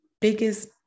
biggest